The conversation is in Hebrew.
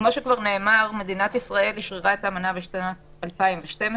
כאמור מדינת ישראל אשררה את האמנה בשנת 2012,